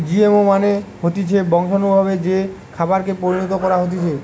GMO মানে হতিছে বংশানুগতভাবে যে খাবারকে পরিণত করা হতিছে